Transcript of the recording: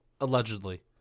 allegedly